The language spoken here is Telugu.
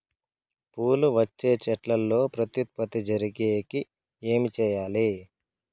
పూలు వచ్చే చెట్లల్లో ప్రత్యుత్పత్తి జరిగేకి ఏమి చేయాలి?